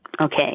Okay